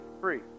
free